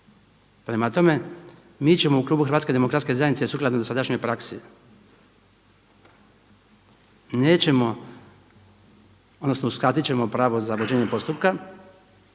Prema tome, mi ćemo u Klubu Hrvatske demokratske zajednice sukladno dosadašnjoj praksi, nećemo odnosno uskratit ćemo pravo za vođenje postupka